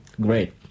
great